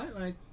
right